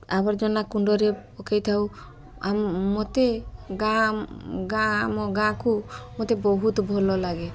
ଆବର୍ଜନା କୁଣ୍ଡରେ ପକାଇଥାଉ ମୋତେ ଗାଁ ଗାଁ ଆମ ଗାଁକୁ ମୋତେ ବହୁତ ଭଲ ଲାଗେ